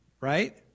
right